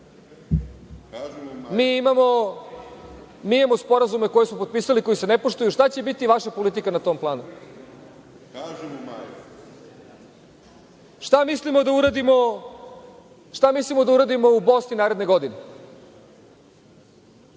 Mi imamo sporazume koje smo potpisali, koji se ne poštuju, šta će biti vaša politika na tom planu? Šta mislimo da uradimo u Bosni naredne godine?